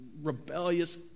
Rebellious